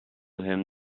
him